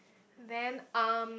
then um